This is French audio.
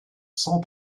sans